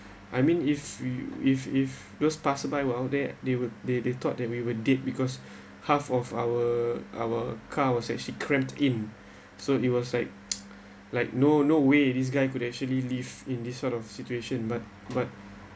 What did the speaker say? I mean if we if if those passed by were out there they will they they thought that we were dead because half of our our car was actually cramped in so it was like like no no way this guy could actually live in this sort of situation but but